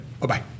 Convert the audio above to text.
Bye-bye